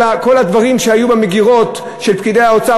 כל הדברים שהיו במגירות של פקידי האוצר,